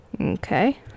Okay